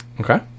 okay